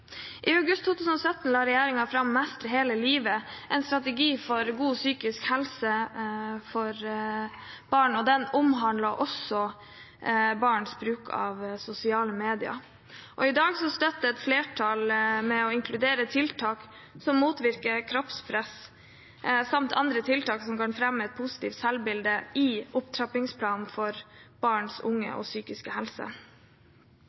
I august 2017 la regjeringen fram Mestre hele livet – en strategi for god psykisk helse for barn. Den omhandler også barns bruk av sosiale medier. I dag støtter et flertall å inkludere tiltak som motvirker kroppspress, samt andre tiltak som fremmer et positivt selvbilde, i opptrappingsplanen for